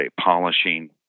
polishing